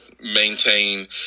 maintain